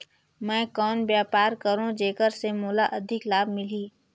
मैं कौन व्यापार करो जेकर से मोला अधिक लाभ मिलही?